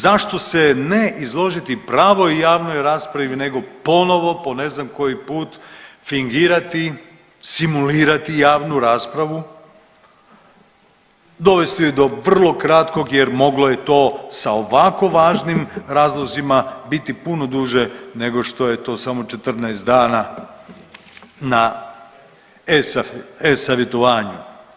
Zašto se ne izložiti pravnoj javnoj raspravi nego ponovo po ne znam koji put fingirati, simulirati javnu raspravu, dovesti je do vrlo kratkog jer moglo je to sa ovako važnim razlozima biti puno duže nego što je to samo 14 dana na e-savjetovanju.